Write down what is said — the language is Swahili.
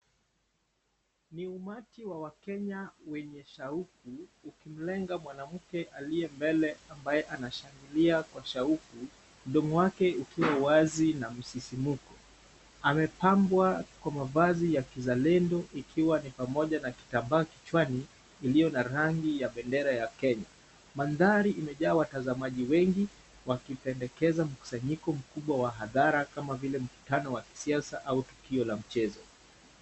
Ni umati wa wakenya wenye shauku ukimlenga mwanamke aliye mbele ambaye anashangilia kwa shauku, mdomo wake ukiwa wazi na msisimuko, amepambwa kwa mavazi ya kizalendo ikiwa ni pamoja na kitambaa kichwani kilicho na rangi ya bendera ya Kenya. Mandhari imejaa watazamaji wengi wakipendekeza mkusanyiko mkubwa wa hadhara kama vile mkutano wa kisiasa au tukio la mchezo.